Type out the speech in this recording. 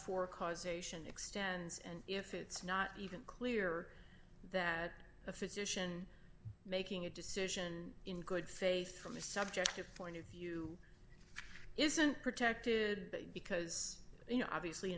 for causation extends and if it's not even clear that a physician making a decision in good faith from a subjective point of view isn't protected because you know obviously